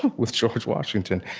with george washington.